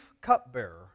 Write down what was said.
cupbearer